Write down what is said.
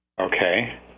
Okay